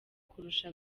kurusha